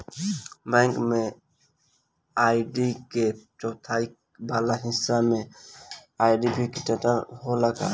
Bank में ID के चौथाई वाला हिस्सा में आइडेंटिफैएर होला का?